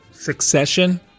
Succession